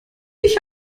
ich